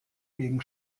gegen